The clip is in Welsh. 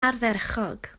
ardderchog